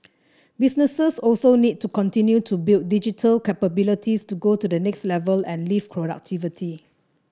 businesses also need to continue to build digital capabilities to go to the next level and lift productivity